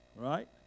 Right